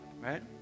right